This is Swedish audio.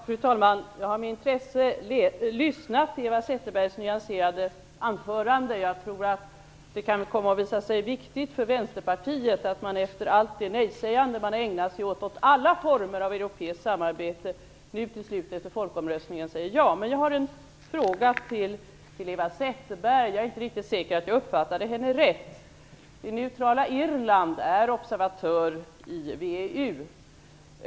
Fru talman! Jag har med intresse lyssnat till Eva Zetterbergs nyanserade anförande. Jag tror att det kan komma att visa sig viktigt för Vänsterpartiet att man, efter allt det nej-sägande man ägnat sig åt när det gäller alla former av europeiskt samarbete, nu till slut efter folkomröstningen säger ja. Jag har en fråga till Eva Zetterberg, för jag är inte riktigt säker på att jag uppfattade henne rätt. Det neutrala Irland är observatör i VEU.